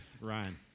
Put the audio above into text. Ryan